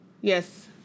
yes